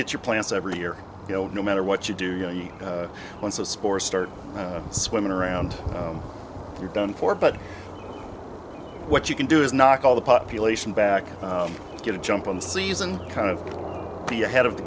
gets your plants every year you know no matter what you do once a spore start swimming around you're done for but what you can do is not call the population back to get a jump on the season kind of be ahead of the